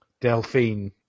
Delphine